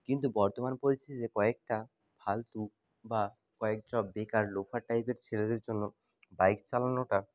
কিন্তু বর্তমান পরিস্থিতিতে কয়েকটা ফালতু বা কয়েক সব বেকার লোফার টাইপের ছেলেদের জন্য বাইক চালানোটা